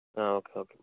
okay okay